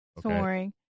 touring